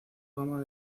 gama